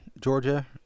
Georgia